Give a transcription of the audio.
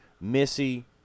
Missy